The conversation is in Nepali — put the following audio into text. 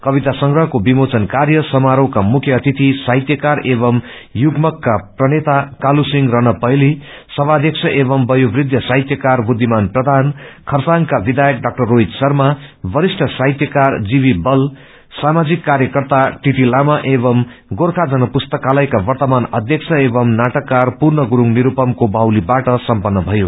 कविता संस्रहको विमोचन कार्य सामारोहका मुख्य अतिथि साहित्यकार एवं युम्भकका प्रणेता कालसिंह रणपहेली सभाध्यक्ष एवं वयोवद्ध साहित्यकार बुँद्धिमान प्रधान खरसाङका विधायक डाक्टर रोहित शर्मा वरिष्ठ साहितयकार जी वी बल सामाजिक कार्यकर्ता टिटि लामा एवं गोखा जन्पुस्ताकलयका वतमान अध्यक्ष एवं नाटककार पूर्ण गुरूङ निस्पमको बाहलीबाट सम्पन्न भयो